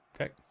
Okay